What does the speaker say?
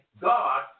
God